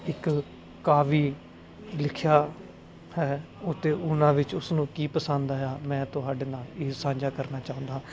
ਇੱਕ ਕਾਵੀ ਲਿਖਿਆ ਹੈ ਓਤੇ ਉਹਨਾਂ ਵਿੱਚ ਉਸਨੂੰ ਕੀ ਪਸੰਦ ਆਇਆ ਮੈਂ ਤੁਹਾਡੇ ਨਾਲ ਇਹ ਸਾਂਝਾ ਕਰਨਾ ਚਾਹੁੰਦਾ